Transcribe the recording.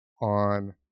on